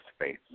space